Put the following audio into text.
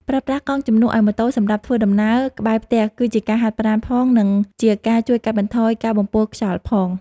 ប្រើប្រាស់កង់ជំនួសឱ្យម៉ូតូសម្រាប់ការធ្វើដំណើរក្បែរផ្ទះគឺជាការហាត់ប្រាណផង និង ជាការជួយកាត់បន្ថយការបំពុលខ្យល់ផង។